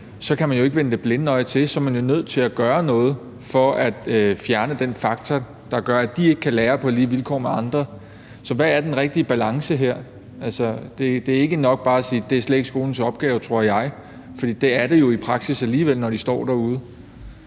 kan man jo ikke vende det blinde øje til. Så er man nødt til at gøre noget for at fjerne den faktor, der gør, at de ikke kan lære på lige vilkår med andre. Så hvad er den rigtige balance her? Altså, det er ikke nok bare at sige, at det slet ikke er skolens opgave, tror jeg, for det er det jo i praksis alligevel, når de står derude.